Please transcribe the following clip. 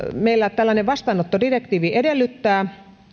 meillä tällainen vastaanottodirektiivi edellyttää